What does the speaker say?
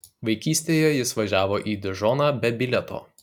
vaikystėje jis važiavo į dižoną be bilieto